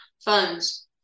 funds